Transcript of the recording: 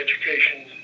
education